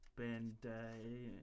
Bandai